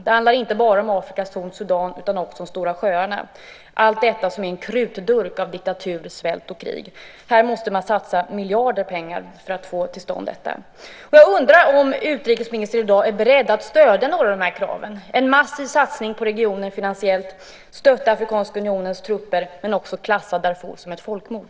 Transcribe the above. Det handlar inte bara om Afrikas horn Sudan utan också om Stora sjöarna - allt detta som är en krutdurk av diktatur, svält och krig. Här måste man satsa miljarder. Jag undrar om utrikesministern i dag är beredd att stödja några av dessa krav, en massiv finansiell satsning på regionen, att stötta Afrikanska unionens trupper och också att klassa det som händer i Sudan som ett folkmord.